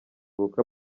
ubukwe